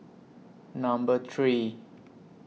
Number three